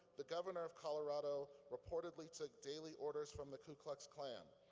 the governor of colorado reportedly took daily orders from the ku klux klan,